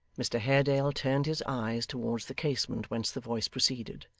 mr haredale turned his eyes towards the casement whence the voice proceeded,